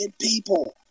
people